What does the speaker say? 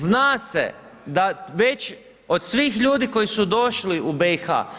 Zna se da već od svih ljudi koji su došli u BiH.